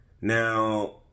Now